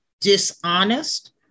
dishonest